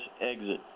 exit